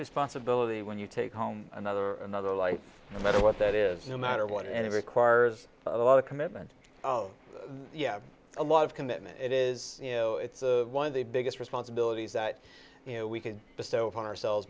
responsibility when you take home another another life and that's what that is no matter what and it requires a lot of commitment oh yeah a lot of commitment it is you know it's one of the biggest responsibilities that you know we can bestow upon ourselves